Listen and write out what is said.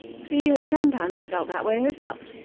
she had sometimes felt that way herself,